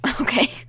Okay